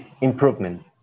improvement